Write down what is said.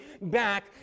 back